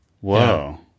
Whoa